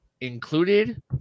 included